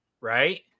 right